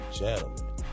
gentlemen